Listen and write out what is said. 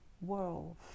world